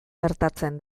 gertatzen